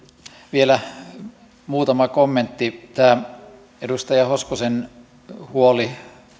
vielä muutama kommentti tämä edustaja hoskosen huoli